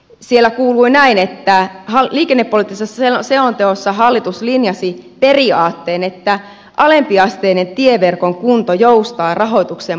siellä kuului näin että halli liikenne oli se liikennepoliittisessa selonteossa hallitus linjasi periaatteen että alempiasteisen tieverkon kunto joustaa rahoituksen mukana